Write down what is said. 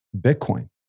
Bitcoin